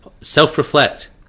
self-reflect